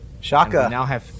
Shaka